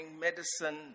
medicine